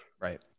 Right